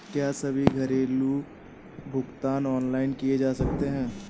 क्या सभी घरेलू भुगतान ऑनलाइन किए जा सकते हैं?